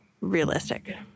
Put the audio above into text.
realistic